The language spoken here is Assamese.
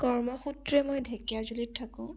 কৰ্মসূত্ৰে মই ঢেকীয়াজুলিত থাকোঁ